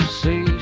see